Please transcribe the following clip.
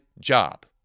job